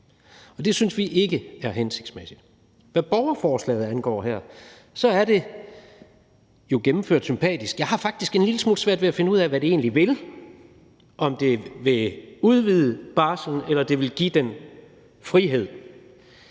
og det synes vi ikke er hensigtsmæssigt. Hvad borgerforslaget her angår, er det jo gennemført sympatisk. Jeg har faktisk en lille smule svært ved at finde ud af, hvad det egentlig vil – om det vil udvide barslen, eller det vil give frihed.